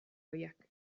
ohiak